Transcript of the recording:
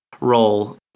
role